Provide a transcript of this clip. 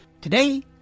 Today